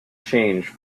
change